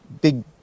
big